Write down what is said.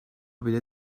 bile